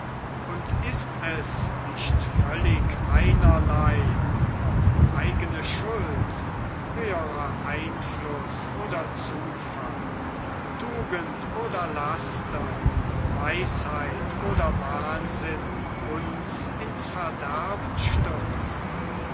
und ist es nicht völlig einerlei ob eigene schuld höherer einfluß oder zufall tugend oder laster weisheit oder wahnsinn uns ins verderben stürzen